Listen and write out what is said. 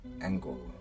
angle